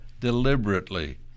deliberately